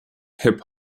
hip